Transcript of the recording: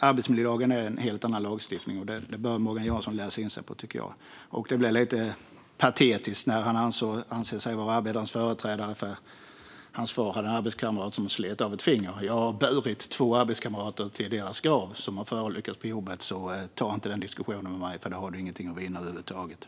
Arbetsmiljölagen är en helt annan lagstiftning, och det tycker jag att Morgan Johansson bör läsa in sig på. Det blir lite patetiskt när han anser sig vara arbetarnas företrädare för att hans far hade en arbetskamrat som slet av ett finger. Jag har burit två arbetskamrater som har förolyckats på jobbet till deras grav. Så ta inte den diskussionen med mig, för det har du ingenting att vinna på över huvud taget!